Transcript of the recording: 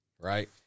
right